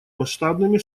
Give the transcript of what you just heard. масштабными